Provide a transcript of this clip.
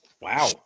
wow